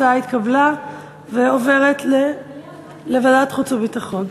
ההצעה התקבלה ועוברת לוועדת חוץ וביטחון.